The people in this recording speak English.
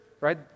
right